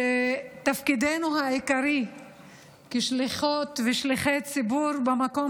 תפקידנו העיקרי כשליחות ושליחי ציבור במקום